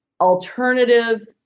alternative